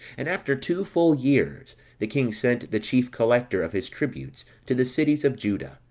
and after two full years, the king sent the chief collector of his tributes to the cities of juda,